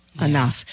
Enough